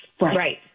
Right